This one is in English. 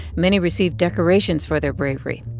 many received decorations for their bravery.